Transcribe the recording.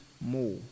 more